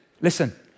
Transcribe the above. Listen